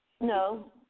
No